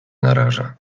naraża